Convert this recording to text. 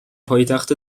پایتخت